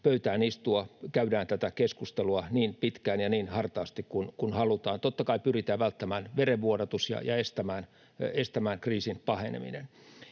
pöytään istua, niin käydään tätä keskustelua niin pitkään ja niin hartaasti kuin halutaan. Totta kai pyritään välttämään verenvuodatus ja estämään kriisin paheneminen.